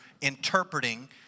interpreting